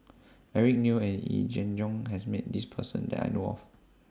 Eric Neo and Yee Jenn Jong has Met This Person that I know of